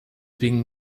been